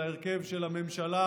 על ההרכב של הממשלה,